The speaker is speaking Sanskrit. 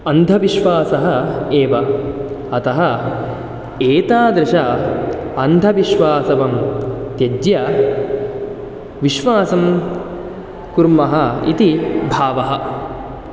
अन्धविश्वासः एव अतः एतादृश अन्धविश्वासं त्यज्य विश्वासं कुर्मः इति भावः